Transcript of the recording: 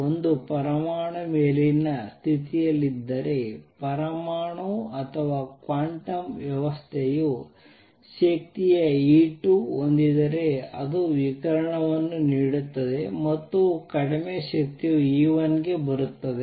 ಒಂದು ಪರಮಾಣು ಮೇಲಿನ ಸ್ಥಿತಿಯಲ್ಲಿದ್ದರೆ ಪರಮಾಣು ಅಥವಾ ಕ್ವಾಂಟಮ್ ವ್ಯವಸ್ಥೆಯು ಶಕ್ತಿಯ E 2 ಹೊಂದಿದ್ದರೆ ಅದು ವಿಕಿರಣವನ್ನು ನೀಡುತ್ತದೆ ಮತ್ತು ಕಡಿಮೆ ಶಕ್ತಿಯ E 1ಗೆ ಬರುತ್ತದೆ